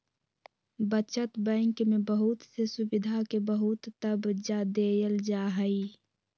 बचत बैंक में बहुत से सुविधा के बहुत तबज्जा देयल जाहई